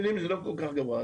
זה לא כל כך גרוע,